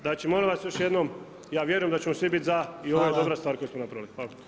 Znači molim vas još jednom, ja vjerujem da ćemo svi biti za i ovo je dobra stvar koju smo napravili.